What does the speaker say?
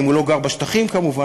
אם הוא לא גר בשטחים כמובן,